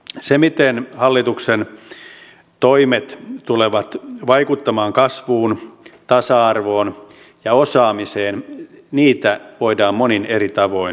sitä miten hallituksen toimet tulevat vaikuttamaan kasvuun tasa arvoon ja osaamiseen voidaan monin eri tavoin torjua